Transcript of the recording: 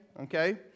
Okay